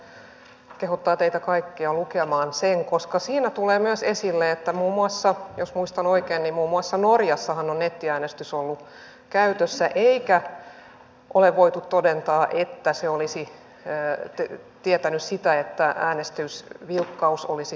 voin kehottaa teitä kaikkia lukemaan sen koska siinä tulee myös esille että muun muassa norjassa jos muistan oikein on nettiäänestys ollut käytössä eikä ole voitu todentaa että se olisi tietänyt sitä että äänestysvilkkaus olisi lisääntynyt